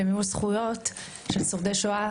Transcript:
למימוש זכויות של שורדי שואה.